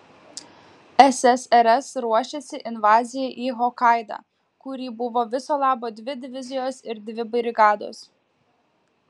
ssrs ruošėsi invazijai į hokaidą kuri buvo viso labo dvi divizijos ir dvi brigados